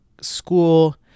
school